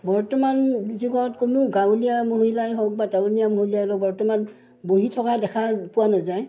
বৰ্তমান যুগত কোনো গাঁৱলীয়া মহিলাই হওক বা টাউনীয়া মহিলাই হওক বৰ্তমান বহি থকা দেখা পোৱা নাযায়